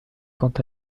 quant